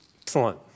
Excellent